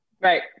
Right